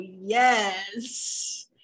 yes